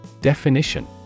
Definition